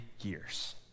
years